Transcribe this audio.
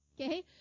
Okay